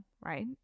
right